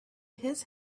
his